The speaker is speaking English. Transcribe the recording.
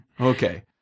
Okay